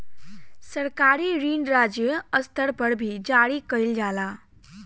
सरकारी ऋण राज्य स्तर पर भी जारी कईल जाला